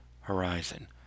Horizon